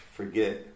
forget